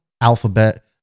alphabet